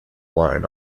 line